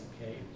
Okay